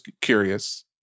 curious